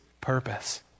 purpose